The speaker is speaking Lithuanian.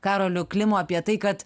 karoliu klimu apie tai kad